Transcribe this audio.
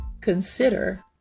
consider